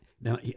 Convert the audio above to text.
now